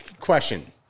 question